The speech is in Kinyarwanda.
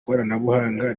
koranabuhanga